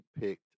picked